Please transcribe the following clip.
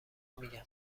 میگم